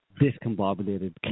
discombobulated